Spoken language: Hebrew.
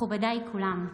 מכובדיי כולם,